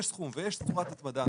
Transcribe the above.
יש סכום ויש תקופת הצמדה,